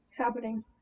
Happening